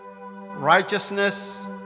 righteousness